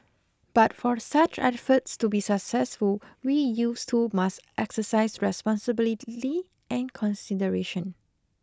but for such efforts to be successful we youths too must exercise responsibility and consideration